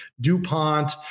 DuPont